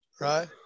Right